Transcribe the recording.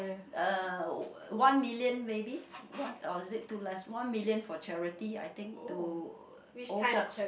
uh one million maybe or is it too less one million for charity I think to old folks